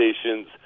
stations